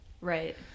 Right